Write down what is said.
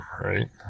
right